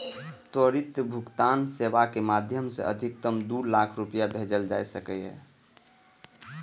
त्वरित भुगतान सेवाक माध्यम सं अधिकतम दू लाख रुपैया भेजल जा सकैए